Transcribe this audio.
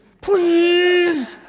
Please